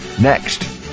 Next